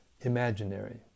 imaginary